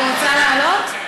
את רוצה לעלות?